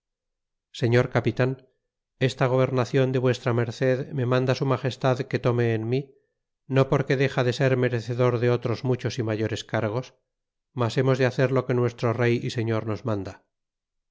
señor capitan esta gobernacion de v merced me manda su magestad que tome en mí no porque dexa de ser merecedor de otros muchos y mayores cargos mas hemos de hacer lo que nuestro rey y señor nos manda